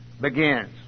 begins